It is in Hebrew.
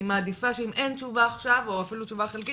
ואני מעדיפה שאם אין תשובה עכשיו או אפילו תשובה חלקית,